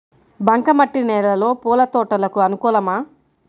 బంక మట్టి నేలలో పూల తోటలకు అనుకూలమా?